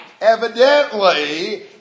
Evidently